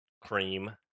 cream